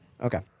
Okay